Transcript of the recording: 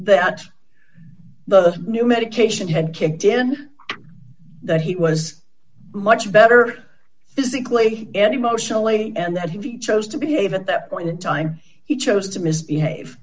that the new medication had kicked in that he was much better physically and emotionally and that he chose to behave at that point in time he chose to misbehave